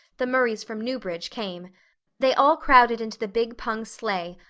the murrays from newbridge, came they all crowded into the big pung sleigh,